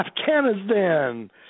Afghanistan